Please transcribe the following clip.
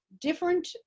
different